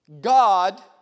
God